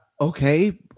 okay